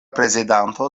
prezidanto